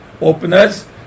openers